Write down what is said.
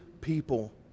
people